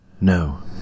No